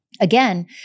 Again